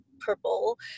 purple